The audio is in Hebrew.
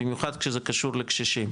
במיוחד כשזה קשור לקשישים,